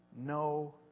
no